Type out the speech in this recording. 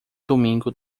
domingo